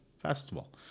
festival